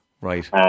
Right